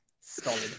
Solid